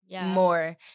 more